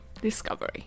discovery